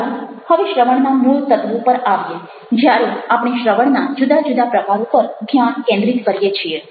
ચાલો હવે શ્રવણના મૂળતત્ત્વો પર આવીએ જ્યારે આપણે શ્રવણના જુદા જુદા પ્રકારો પર ધ્યાન કેન્દ્રિત કરીએ છીએ